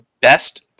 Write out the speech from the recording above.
best